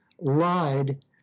lied